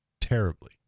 terribly